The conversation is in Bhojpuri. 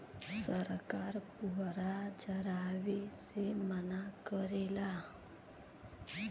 सरकार पुअरा जरावे से मना करेला